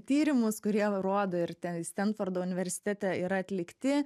tyrimus kurie rodo ir ten stenfordo universitete yra atlikti